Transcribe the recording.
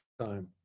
time